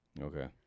Okay